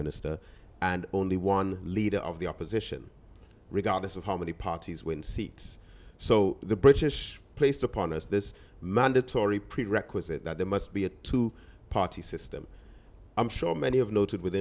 minister and only one leader of the opposition regardless of how many parties win seats so the british placed upon us this mandatory prerequisite that there must be a two party system i'm sure many have noted with